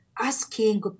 asking